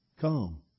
Come